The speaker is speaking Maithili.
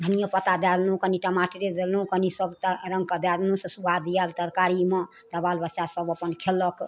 धनिओ पत्ता दऽ देलहुँ कनि टमाटरे देलहुँ कनि सबरङ्गके दऽ देलहुँ से सुआद आएल तरकारीमे तऽ बाल बच्चासब अपन खेलक